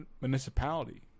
municipality